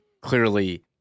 clearly